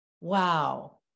wow